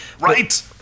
Right